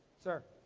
sir.